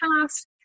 past